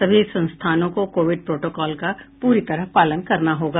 सभी संस्थानों को कोविड प्रोटोकॉल का पूरी तरह पालन करना होगा